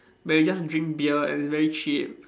where they just drink beer and it's very cheap